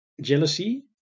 jealousy